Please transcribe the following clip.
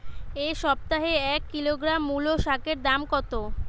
এ সপ্তাহে এক কিলোগ্রাম মুলো শাকের দাম কত?